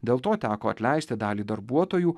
dėl to teko atleisti dalį darbuotojų